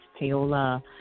payola